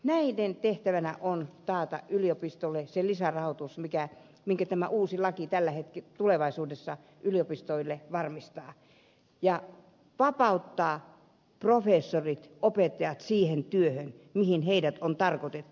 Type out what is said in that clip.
näiden tehtävänä on taata yliopistolle se lisärahoitus minkä tämä uusi laki tulevaisuudessa yliopistoille varmistaa ja vapauttaa professorit opettajat siihen työhön mihin heidät on tarkoitettu